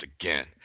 again